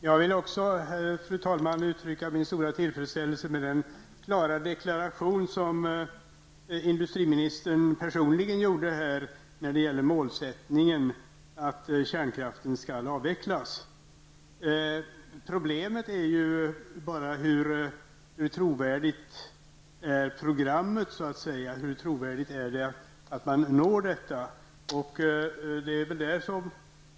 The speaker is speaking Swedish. Fru talman! Också jag vill uttrycka min stora tillfredställelse med den tydliga deklaration som industriministern här personligen gjorde, att målsättningen är att kärnkraften skall avvecklas. Problemet är avvecklingsprogrammets trovärdighet och möjligheten att nå detta mål.